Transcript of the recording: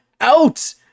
out